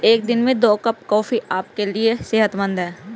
एक दिन में दो कप कॉफी आपके लिए सेहतमंद है